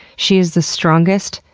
she is the strongest,